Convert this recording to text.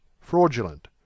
fraudulent